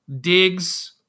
digs